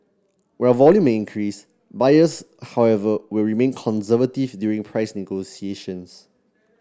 while volume may increase buyers however will remain conservative during price negotiations